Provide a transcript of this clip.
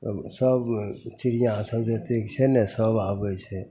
तब सब चिड़िआँ सब जतेक छै ने सब आबै छै